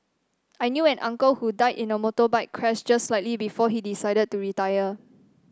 I knew an uncle who died in a motorbike crash just slightly before he decided to retire